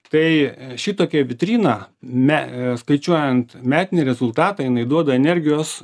tai šitokia vitrina me skaičiuojant metinį rezultatą jinai duoda energijos